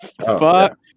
Fuck